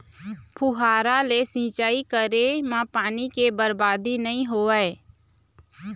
फुहारा ले सिंचई करे म पानी के बरबादी नइ होवय